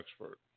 expert